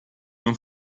non